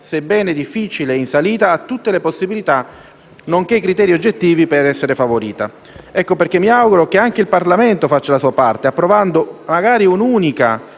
sebbene difficile e in salita, ha tutte le possibilità, nonché i criteri oggettivi, per essere favorita. Ecco perché mi auguro che anche il Parlamento faccia la sua parte, approvando magari un'unica